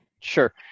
sure